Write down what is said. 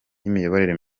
n’imiyoborere